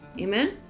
Amen